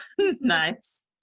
nice